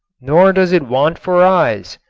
nor does it want for eyes,